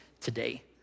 today